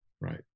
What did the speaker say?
right